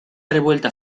revuelta